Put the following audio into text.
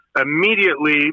immediately